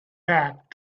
back